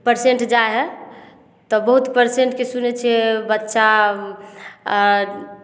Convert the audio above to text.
patient जाइ हइ तऽ बहुत पैसेंटके सुनै छियै बच्चा